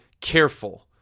careful